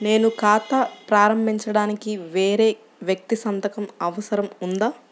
నేను ఖాతా ప్రారంభించటానికి వేరే వ్యక్తి సంతకం అవసరం ఉందా?